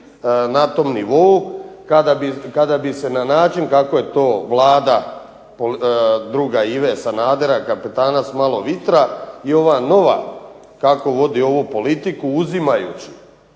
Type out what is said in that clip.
na tom nivou kada bi se na način kako je to Vlada druga Ive Sanadera, kapetana s malo vitra i ova nova kako vodi ovu politiku uzimajući